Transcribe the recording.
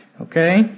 Okay